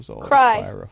Cry